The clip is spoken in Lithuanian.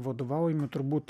vadovaujami turbūt